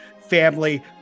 family